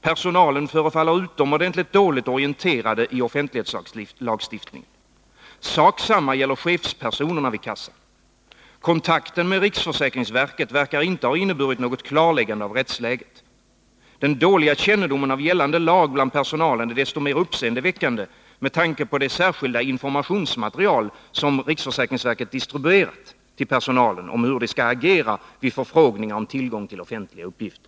Personalen föréfaller utomordentligt dåligt orienterade i offentlighetslagstiftningen. Sak samma gäller chefspersonerna vid kassan. Kontakten med Riksförsäkringsverket verkar inte ha inneburit något Nr 49 klarläggande av rättsläget. Den dåliga kännedomen av gällande lag bland Tisdagen den personalen är desto mer uppseendeväckande med tanke på det särskilda 14 december 1982 informationsmaterial som RFV distribuerat till personalen hur de skall agera vid förfrågningar om tillgång till offentliga uppgifter.